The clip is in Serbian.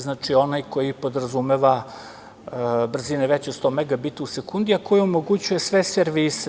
Znači, onaj koji podrazumeva brzine veće od 100 MB u sekundi, koji omogućuje sve servise.